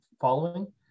following